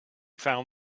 found